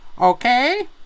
Okay